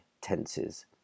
tenses